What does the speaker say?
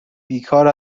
بیکار